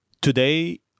Today